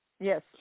yes